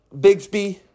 Bigsby